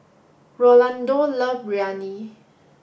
Rolando love Biryani